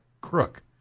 crook